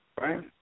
right